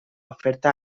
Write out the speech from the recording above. oferta